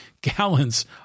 gallons